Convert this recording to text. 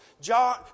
John